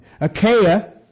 Achaia